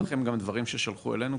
יש לכם גם דברים ששלחו אלינו,